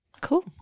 cool